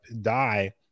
die